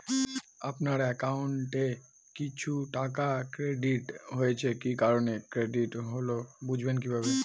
আপনার অ্যাকাউন্ট এ কিছু টাকা ক্রেডিট হয়েছে কি কারণে ক্রেডিট হল বুঝবেন কিভাবে?